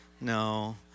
No